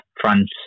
France